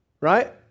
right